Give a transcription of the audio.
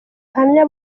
ubuhamya